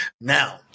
Now